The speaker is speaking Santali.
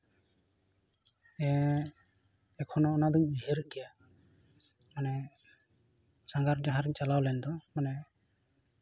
ᱮᱠᱷᱚᱱᱳ ᱚᱱᱟ ᱫᱩᱧ ᱩᱭᱦᱟᱹᱨ ᱜᱮᱭᱟ ᱦᱟᱱᱮ ᱥᱟᱸᱜᱷᱟᱨ ᱡᱟᱦᱟᱸᱨᱤᱧ ᱪᱟᱞᱟᱣ ᱞᱮᱱᱫᱚ ᱢᱟᱱᱮ